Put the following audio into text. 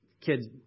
Kids